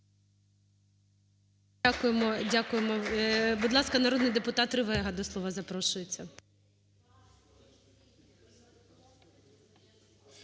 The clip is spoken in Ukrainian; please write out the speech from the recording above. дякуємо. Будь ласка, народний депутат Ревега до слова запрошується.